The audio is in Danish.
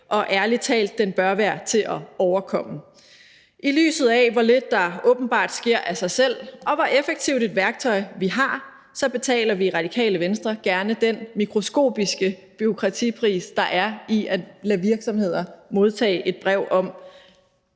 og ærlig talt bør den være til at overkomme. I lyset af hvor lidt der åbenbart sker af sig selv, og hvor effektivt et værktøj vi har, betaler vi i Radikale Venstre gerne den mikroskopiske bureaukratipris, der er i at lade virksomheder modtage et brev om